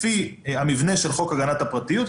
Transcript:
לפי המבנה של חוק הגנת הפרטיות,